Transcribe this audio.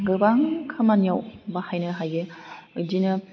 गोबां खामानियाव बाहायनो हायो बिदिनो